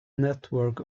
network